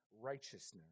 righteousness